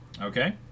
Okay